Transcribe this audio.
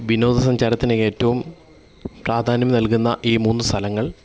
വിനോദസഞ്ചാരത്തിന് ഏറ്റവും പ്രാധാന്യം നൽകുന്ന ഈ മൂന്ന് സ്ഥലങ്ങൾ